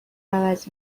عوض